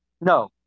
No